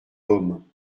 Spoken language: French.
homme